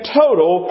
total